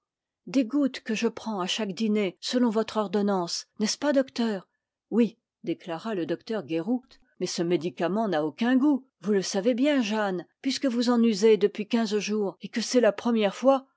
des gouttes que je prends à chaque dîner selon votre ordonnance n'est-ce pas docteur oui déclara le docteur guéroult mais ce médicament n'a aucun goût vous le savez bien jeanne puisque vous en usez depuis quinze jours et que c'est la première fois